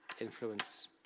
influence